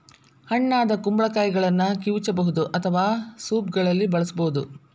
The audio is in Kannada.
ಹಣ್ಣಾದ ಕುಂಬಳಕಾಯಿಗಳನ್ನ ಕಿವುಚಬಹುದು ಅಥವಾ ಸೂಪ್ಗಳಲ್ಲಿ ಬಳಸಬೋದು